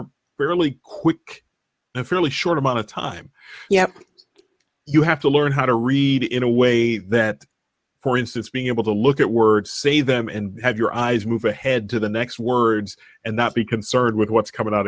a fairly quick and fairly short amount of time yeah you have to learn how to read in a way that for instance being able to look at words say them and have your eyes move ahead to the next words and not be concerned with what's coming out